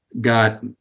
got